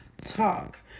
talk